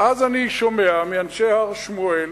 ואז אני שומע מאנשי הר-שמואל,